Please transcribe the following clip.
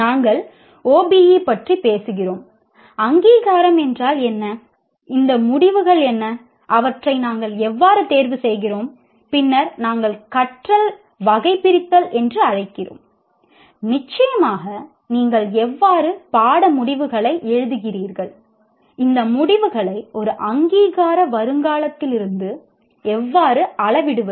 நாங்கள் OBE பற்றி பேசுகிறோம் அங்கீகாரம் என்றால் என்ன இந்த முடிவுகள் என்ன அவற்றை நாங்கள் எவ்வாறு தேர்வு செய்கிறோம் பின்னர் நாங்கள் கற்றல் வகைபிரித்தல் என்று அழைக்கிறோம் நிச்சயமாக நீங்கள் எவ்வாறு பாட முடிவுகளை எழுதுகிறீர்கள் இந்த முடிவுகளை ஒரு அங்கீகார முன்னோக்கு எவ்வாறு அளவிடுவது